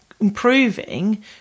improving